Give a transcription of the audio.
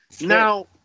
Now